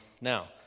Now